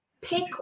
pick